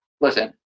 Listen